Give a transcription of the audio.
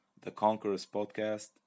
theconquerorspodcast